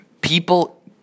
People